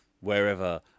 wherever